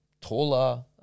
taller